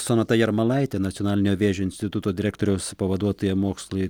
sonata jarmalaitė nacionalinio vėžio instituto direktoriaus pavaduotoja mokslui